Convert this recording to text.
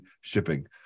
shipping